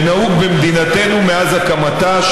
שנהוג במדינתנו מזמן הקמתה,